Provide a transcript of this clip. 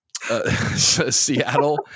Seattle